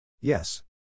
Yes